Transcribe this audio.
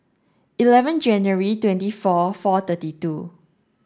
eleven January twenty four four thirty two